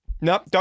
nope